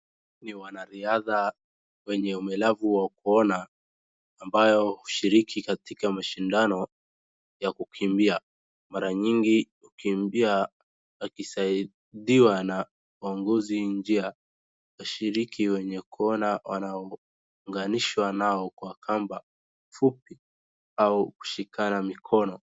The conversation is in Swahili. Ni wanariadha wenye ulemavu wa kuona ambayo hushiriki katika mashindano ya kukimbia. Mara nyingi hukimbia wakisaidiwa na waongozi njia. Washiriki wenye kuona wanaunganishwa na wao kwa kamba fupi au kushikana mikono.